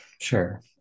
Sure